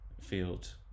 field